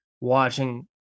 watching